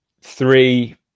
three